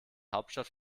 hauptstadt